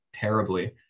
terribly